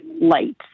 lights